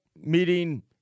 meeting